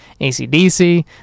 ACDC